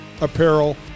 apparel